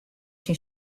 syn